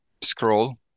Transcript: scroll